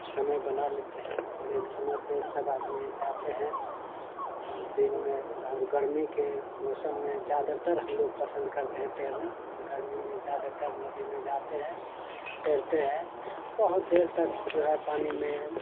समय बना लेते हैं और एक समय पर सब आदमी जाते हैं दिन में और गर्मी के मौसम में ज़्यादातर हम लोग पसंद करते हैं तैरना और गर्मी में ज़्यादातर नदी में जाते हैं तैरते हैं बहुत देर तक जो है पानी में